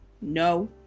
No